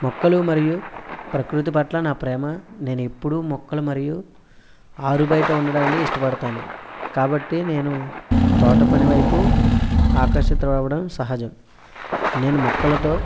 మొక్కలు మరియు ప్రకృతి పట్ల నా ప్రేమ నేను ఎప్పుడూ మొక్కలు మరియు ఆరుబయట ఉండడాన్ని ఇష్టపడుతాను కాబట్టే నేను తోటపని వైపు ఆకర్షితులు అవ్వడం సహజం నేను మొక్కలతో